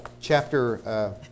chapter